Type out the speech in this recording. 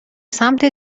سمت